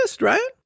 right